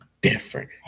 different